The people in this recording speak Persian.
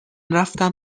رفتم